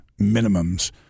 minimums